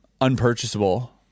unpurchasable